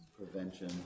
prevention